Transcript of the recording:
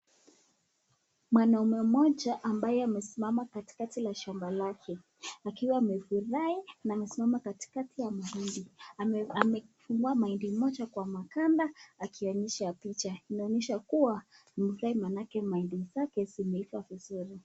Mwanaume mmoja ambaye amesimama katikati la shamba lake akiwa amefurahi na amesimama katika ya mahindi. Amefumua mahindi moja kwa maganda akionyesha picha. Inaonyesha kuwa amefurahi maanake mahindi zake zimeiva vizuri.